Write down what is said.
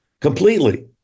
completely